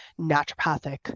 naturopathic